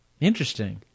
Interesting